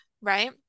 right